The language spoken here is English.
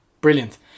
brilliant